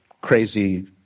crazy